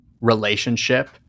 relationship